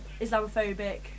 islamophobic